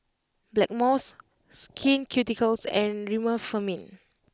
Blackmores Skin Ceuticals and Remifemin